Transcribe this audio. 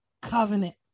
covenant